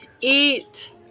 eat